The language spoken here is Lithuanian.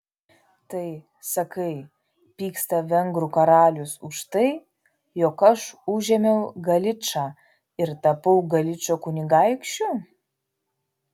tai sakai pyksta vengrų karalius už tai jog aš užėmiau galičą ir tapau galičo kunigaikščiu